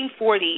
1940